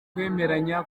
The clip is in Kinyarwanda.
kwemeranya